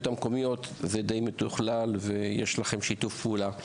המקומיות שזה די מתוכלל ויש לכם שיתוף פעולה.